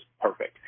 perfect